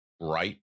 right